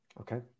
Okay